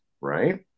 right